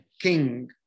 king